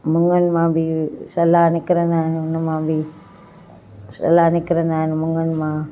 मुङनि मां बि सला निकिरंदा आहिनि उन मां बि सला निकिरंदा आहिनि मुङनि मां